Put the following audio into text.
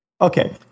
Okay